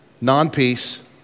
non-peace